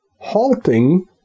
halting